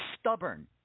stubborn